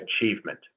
achievement